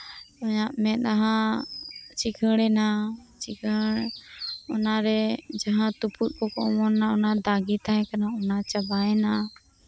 ᱤᱧᱟᱹᱜ ᱢᱮᱸᱫᱦᱟ ᱪᱤᱸᱠᱟᱹᱬᱮᱱᱟ ᱪᱤᱠᱟᱹᱲ ᱚᱱᱟᱨᱮ ᱡᱟᱦᱟᱸ ᱛᱩᱯᱩᱛ ᱠᱚᱠᱚ ᱚᱢᱚᱱ ᱞᱮᱱᱟ ᱚᱱᱟ ᱫᱟᱜᱤ ᱛᱟᱦᱮᱸᱠᱟᱱᱟ ᱚᱱᱟ ᱪᱟᱵᱟᱭᱮᱱᱟ